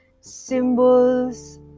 symbols